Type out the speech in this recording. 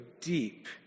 deep